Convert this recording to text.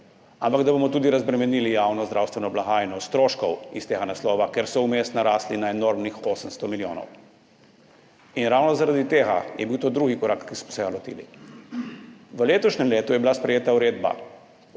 ampak da bomo tudi razbremenili javno zdravstveno blagajno stroškov iz tega naslova, ker so vmes narasli na enormnih 800 milijonov. In ravno zaradi tega je bil to drugi korak, ki smo se ga lotili. V letošnjem letu je bila sprejeta uredba